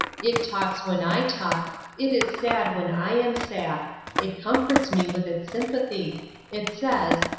it talks when i talk it is sad when i am sad it comforts me with its sympathy it says,